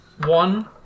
one